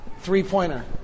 Three-pointer